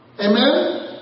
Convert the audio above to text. Amen